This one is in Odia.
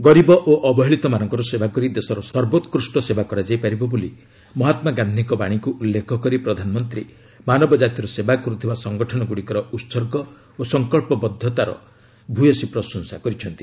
ଗରିବ ଓ ଅବହେଳିତମାନଙ୍କର ସେବା କରି ଦେଶର ସର୍ବୋକୁଷ୍ଟ ସେବା କରାଯାଇ ପାରିବ ବୋଲି ମହାତ୍ମା ଗାନ୍ଧିଙ୍କ ବାଶୀକୁ ଉଲ୍ଲେଖ କରି ପ୍ରଧାନମନ୍ତ୍ରୀ ମାନବ ଜାତିର ସେବା କରୁଥିବା ସଂଗଠନଗୁଡ଼ିକର ଉତ୍ସର୍ଗ ଓ ସଂକଳ୍ପବଦ୍ଧତାର ଭୟସୀ ପ୍ରଶଂସା କରିଛନ୍ତି